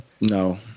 no